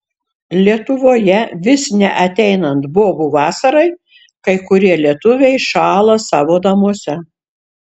lietuvoje vis neateinat bobų vasarai kai kurie lietuviai šąla savo namuose